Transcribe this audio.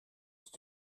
ist